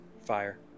Fire